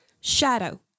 shadow